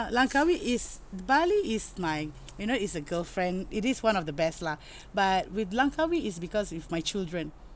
langkawi is bali is my you know is a girlfriend it is one of the best lah but with langkawi is because is with my children